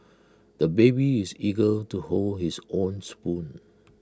the baby is eager to hold his own spoon